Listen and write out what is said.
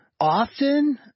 Often